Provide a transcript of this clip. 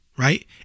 Right